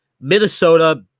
Minnesota